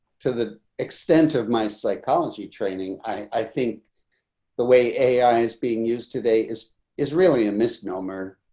to the extent of my psychology training, i think the way ai is being used today is is really a misnomer.